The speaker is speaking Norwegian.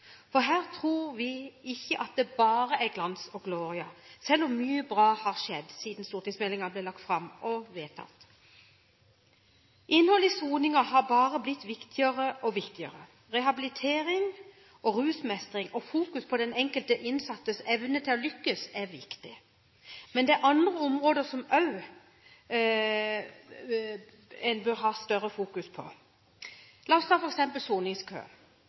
For her tror vi ikke at det bare er glans og gloria, selv om mye bra har skjedd siden stortingsmeldingen ble lagt fram og vedtatt. Innholdet i soningen har bare blitt viktigere og viktigere. Rehabilitering, rusmestring og fokus på den enkelte innsattes evne til å lykkes er viktig. Men det er også andre områder en bør ha større fokus på. La oss